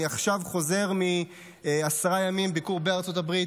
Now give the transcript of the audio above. אני עכשיו חוזר מעשרה ימי ביקור בארצות הברית.